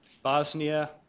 Bosnia